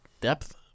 depth